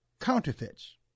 counterfeits